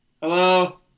Hello